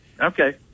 Okay